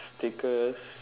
stickers